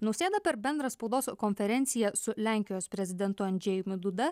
nausėda per bendrą spaudos konferenciją su lenkijos prezidentu andžejumi duda